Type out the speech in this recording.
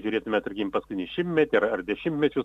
žiūrėtume tarkim paskutinį šimtmetį ar dešimtmečius